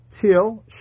till